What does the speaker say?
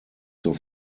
zur